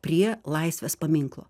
prie laisvės paminklo